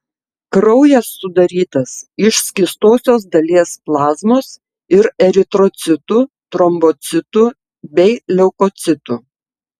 kraujas sudarytas iš skystosios dalies plazmos ir eritrocitų trombocitų bei leukocitų